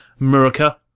Murica